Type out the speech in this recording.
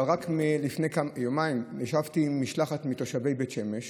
אבל רק לפני יומיים ישבתי עם משלחת של תושבי בית שמש